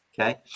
Okay